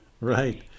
Right